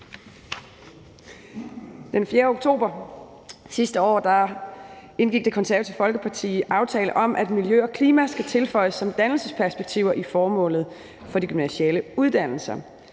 Den 4. oktober sidste år indgik Det Konservative Folkeparti aftale om, at miljø og klima skal tilføjes som dannelsesperspektiver i formålet for de gymnasiale uddannelser.